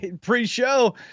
pre-show